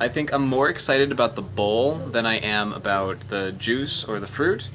i think i'm more excited about the bowl than i am about the juice or the fruit